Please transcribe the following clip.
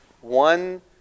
one